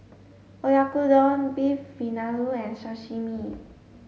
Oyakodon Beef Vindaloo and Sashimi